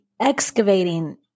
excavating